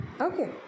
okay